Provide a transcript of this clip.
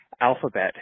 Alphabet